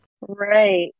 right